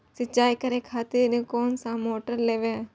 सीचाई करें खातिर कोन सा मोटर लेबे?